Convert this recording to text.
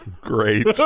Great